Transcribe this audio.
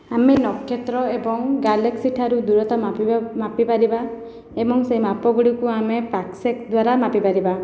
ଆମେ ନକ୍ଷତ୍ର ଏବଂ ଗାଲେକ୍ସି ଠାରୁ ଦୂରତା ମାପିପାରିବା ଏବଂ ସେ ମାପ ଗୁଡ଼ିକୁ ଆମେ ବାକସେକ ଦ୍ୱାରା ମାପିପାରିବା